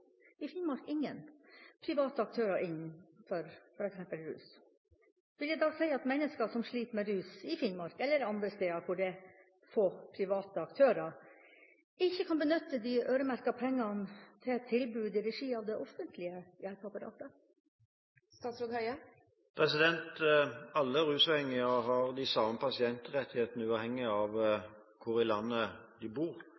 i Finnmark ingen – private aktører innen f.eks. rus. Betyr dette at mennesker som sliter med rus i Finnmark eller andre steder hvor private aktører er i fåtall, ikke kan benytte de øremerkede pengene til et tilbud i regi av det offentlige hjelpeapparatet?» Alle rusavhengige har de samme pasientrettighetene uavhengig av hvor i landet de bor.